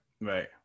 right